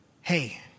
hey